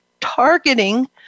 targeting